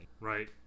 right